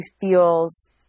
feels